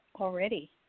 already